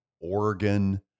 Oregon